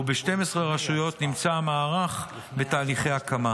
וב-12 רשויות המערך נמצא בתהליכי הקמה.